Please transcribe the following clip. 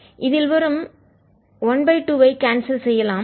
இதில் வரும் 12 ஐ கான்செல் செய்யலாம்